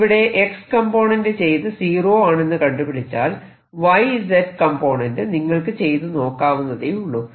ഇവിടെ X component ചെയ്ത് zero ആണെന്ന് കണ്ടുപിടിച്ചാൽ Y Z കംപോണന്റ് നിങ്ങൾക്ക് ചെയ്തു നോക്കാവുന്നതേയുള്ളൂ